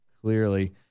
Clearly